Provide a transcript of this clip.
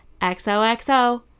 XOXO